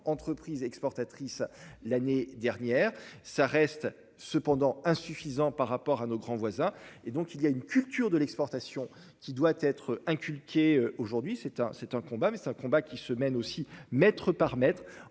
entreprises exportatrices, l'année dernière ça reste cependant insuffisant par rapport à nos grands voisins et donc il y a une culture de l'exportation, qui doit être inculqué aujourd'hui c'est un c'est un combat mais c'est un combat qui se mène aussi mètre par mètre